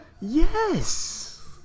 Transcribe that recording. Yes